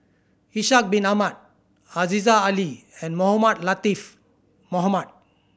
Ishak Bin Ahmad Aziza Ali and Mohamed Latiff Mohamed